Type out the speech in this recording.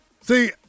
see